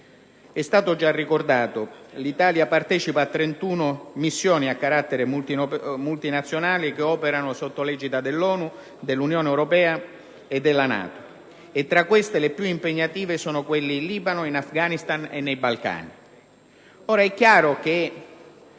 È stato già ricordato che l'Italia partecipa a 31 missioni a carattere multinazionale che operano sotto l'egida dell'ONU, dell'Unione europea e della NATO e, tra queste, le più impegnative sono quelle in Libano, in Afghanistan e nei Balcani. È chiaro che